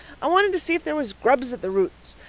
i wanted to see if there was grubs at the roots.